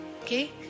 Okay